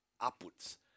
upwards